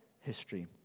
history